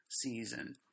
season